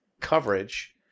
coverage